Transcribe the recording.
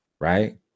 right